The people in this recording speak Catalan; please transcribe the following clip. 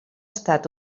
estat